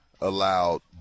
allowed